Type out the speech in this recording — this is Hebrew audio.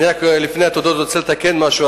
לפני התודות אני רוצה לתקן משהו,